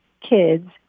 kids